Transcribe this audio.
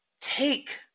take